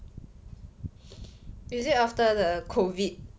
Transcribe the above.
is it after the COVID